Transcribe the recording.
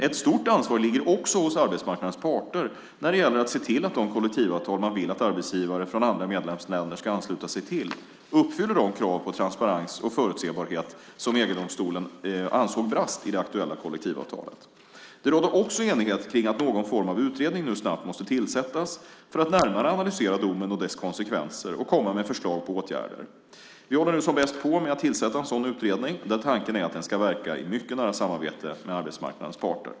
Ett stort ansvar ligger också hos arbetsmarknadens parter när det gäller att se till att de kollektivavtal man vill att arbetsgivare från andra medlemsländer ska ansluta sig till uppfyller de krav på transparens och förutsebarhet som EG-domstolen ansåg brast i det aktuella kollektivavtalet. Det rådde också enighet kring att någon form av utredning nu snabbt måste tillsättas för att närmare analysera domen och dess konsekvenser och komma med förslag på åtgärder. Vi håller nu som bäst på med att tillsätta en sådan utredning, där tanken är att den ska verka i mycket nära samarbete med arbetsmarknadens parter.